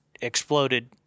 exploded